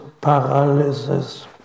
paralysis